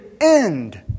end